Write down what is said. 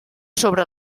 sobre